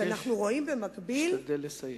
שאנחנו רואים במקביל, אבקש להשתדל לסיים.